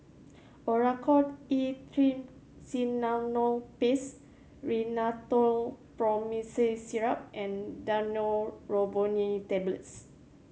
Oracort E Triamcinolone Paste Rhinathiol Promethazine Syrup and Daneuron Neurobion Tablets